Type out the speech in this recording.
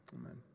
amen